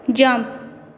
jump